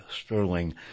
Sterling